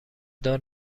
دار